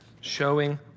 Showing